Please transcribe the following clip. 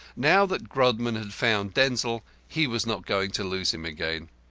now that grodman had found denzil he was not going to lose him again.